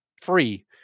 free